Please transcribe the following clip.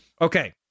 Okay